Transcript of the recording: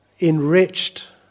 enriched